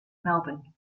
melbourne